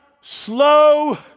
slow